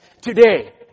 Today